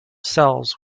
cells